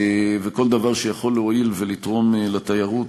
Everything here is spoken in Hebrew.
וכל דבר שיכול להועיל ולתרום לתיירות,